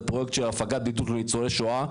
זה פרויקט של הפגת בדידות לניצולי שואה.